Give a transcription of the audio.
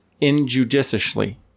injudiciously